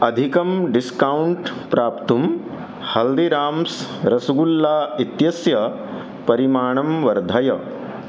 अधिकं डिस्कौण्ट् प्राप्तुं हल्दिराम्स् रस्गुल्ला इत्यस्य परिमाणं वर्धय